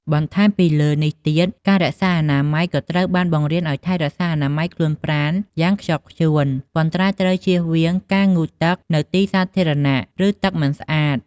បន្ថែមលើសពីនេះទៀត ការរក្សាអនាម័យ ក៏ត្រូវបានបង្រៀនឱ្យថែរក្សាអនាម័យខ្លួនប្រាណយ៉ាងខ្ជាប់ខ្ជួន ប៉ុន្តែត្រូវជៀសវាងក្នុងការងូតទឹកនៅទីសាធារណៈ ឬ ទឹកមិនស្អាត។